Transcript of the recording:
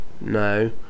No